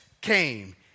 came